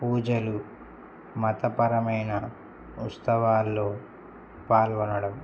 పూజలు మతపరమైన ఉత్సవాల్లో పాల్గొనడం